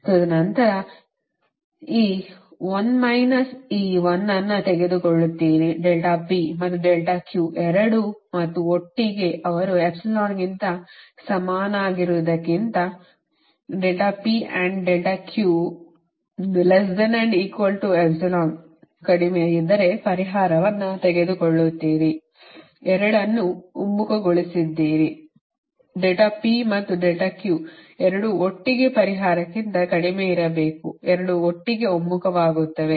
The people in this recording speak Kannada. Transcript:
ತದನಂತರ ಈ 1 ಮೈನಸ್ ಈ 1 ಅನ್ನು ತೆಗೆದುಕೊಳ್ಳುತ್ತೀರಿ ಮತ್ತು ಎರಡೂ ಮತ್ತು ಒಟ್ಟಿಗೆ ಅವರು ಎಪ್ಸಿಲಾನ್ಗೆ ಸಮನಾಗಿರುವುದಕ್ಕಿಂತ ಕಡಿಮೆಯಿದ್ದರೆ ಪರಿಹಾರವನ್ನು ತೆಗೆದುಕೊಳ್ಳುತ್ತೀರಿ ಎರಡನ್ನೂ ಒಮ್ಮುಖಗೊಳಿಸಿದ್ದೀರಿ ಮತ್ತು ಎರಡೂ ಒಟ್ಟಿಗೆ ಪರಿಹಾರಕ್ಕಿಂತ ಕಡಿಮೆ ಇರಬೇಕು ಎರಡೂ ಒಟ್ಟಿಗೆ ಒಮ್ಮುಖವಾಗುತ್ತವೆ